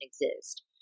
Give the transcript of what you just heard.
exist